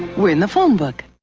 we're in the phone book.